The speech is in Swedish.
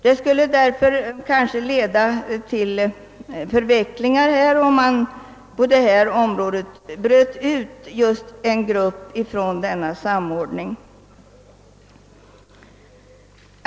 Det skulle kunna leda till förvecklingar, om en grupp bröts ut från denna samordning.